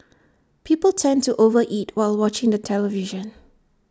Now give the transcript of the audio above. people tend to over eat while watching the television